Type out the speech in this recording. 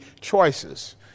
choices